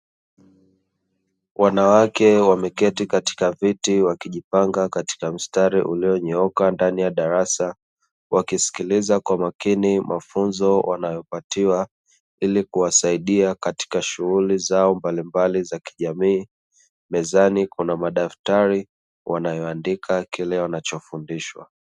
Wanawake wameketi katika viti wakijipanga katika mstari ulio nyooka ndani ya darasa wakisikiliza kwa makini mafunzo wanayo patiwa ili kuwasaidia katika shughuli mbalimbali za kijamii. Mezani kuna madaftari wanaandika kile wanachofundishwa.